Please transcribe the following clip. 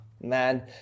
Man